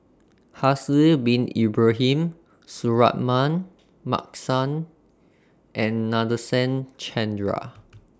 Haslir Bin Ibrahim Suratman Markasan and Nadasen Chandra